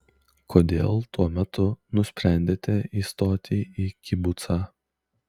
kodėl tuo metu nusprendėte įstoti į kibucą